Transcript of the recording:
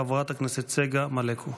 חברת הכנסת צגה מלקו.